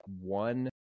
one